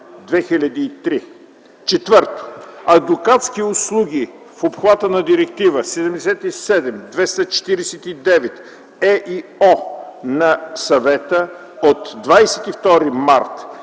4. адвокатски услуги в обхвата на Директива 77/249/ЕИО на Съвета от 22 март